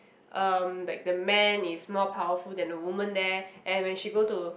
um like the men is more powerful than the womzn there and when she go to